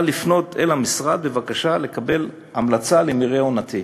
לפנות אל המשרד בבקשה לקבל המלצה למרעה עונתי.